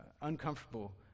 uncomfortable